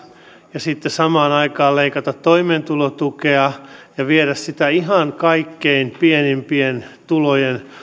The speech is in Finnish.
ja sitten samaan aikaan leikata toimeentulotukea ja viedä sitä ihan kaikkein pienimpien tulojen